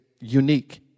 unique